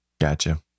Gotcha